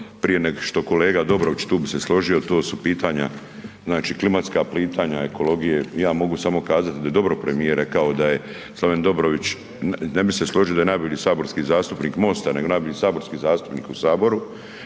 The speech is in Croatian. prije nego što kolega Dobrović, tu bih se složio, to su pitanja znači klimatska pitanja ekologije, ja mogu samo kazati da je dobro premijer rekao da je Slaven Dobrović, ne bih se složio da je najbolji saborski zastupnik MOST-a nego najbolji saborski zastupnik u Saboru.